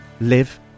live